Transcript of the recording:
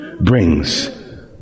brings